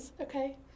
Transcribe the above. Okay